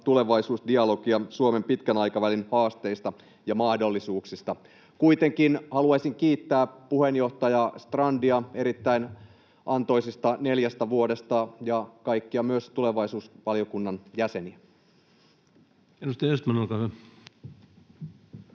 tulevaisuusdialogia Suomen pitkän aikavälin haasteista ja mahdollisuuksista. Kuitenkin haluaisin kiittää puheenjohtaja Strandia erittäin antoisista neljästä vuodesta ja myös kaikkia tulevaisuusvaliokunnan jäseniä. Edustaja Östman, olkaa hyvä.